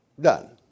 done